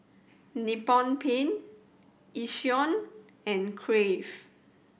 Nippon Paint Yishion and Crave